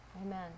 Amen